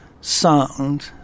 sound